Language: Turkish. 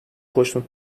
hoşnut